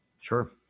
Sure